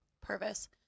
purvis